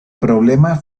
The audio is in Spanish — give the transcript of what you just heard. problema